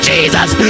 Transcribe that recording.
Jesus